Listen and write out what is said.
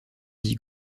dit